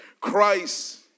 Christ